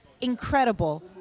incredible